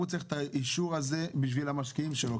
הוא צריך את האישור הזה בשביל המשקיעים שלו,